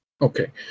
Okay